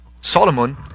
Solomon